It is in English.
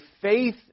faith